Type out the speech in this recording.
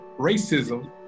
racism